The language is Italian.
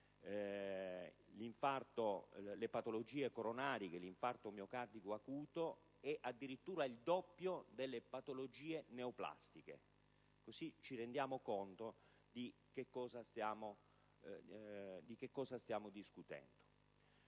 le patologie coronariche e l'infarto miocardico acuto e, addirittura, al doppio delle patologie neoplastiche. In tal modo, possiamo renderci conto di cosa stiamo discutendo.